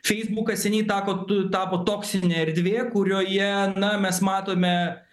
feisbukas seniai tako tu tapo toksinė erdvė kurioje na mes matome